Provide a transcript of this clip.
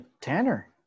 Tanner